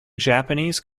japanese